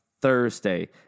Thursday